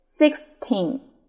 Sixteen